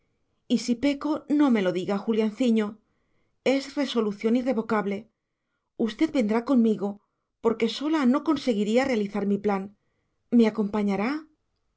y si peco no me lo diga julianciño es resolución irrevocable usted vendrá conmigo porque sola no conseguiría realizar mi plan me acompañará